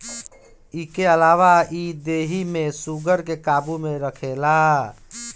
इके अलावा इ देहि में शुगर के काबू में रखेला